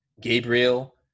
Gabriel